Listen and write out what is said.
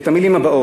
את המילים האלה: